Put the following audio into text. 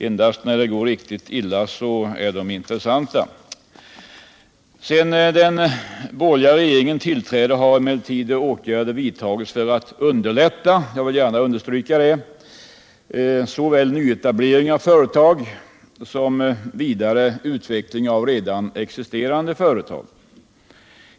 Endast när det går riktigt illa är de intressanta. Sedan den borgerliga regeringen tillträdde har emellertid åtgärder vidtagits för att underlätta — jag vill gärna understryka det — såväl nyetablering av företag som vidareutveckling av redan existerande företag.